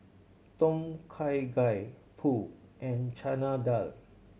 Tom Kha Gai Pho and Chana Dal